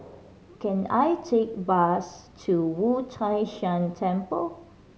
can I take bus to Wu Tai Shan Temple